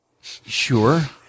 sure